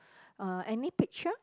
uh any picture